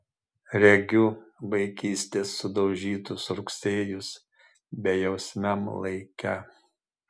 regiu vaikystės sudaužytus rugsėjus bejausmiam laike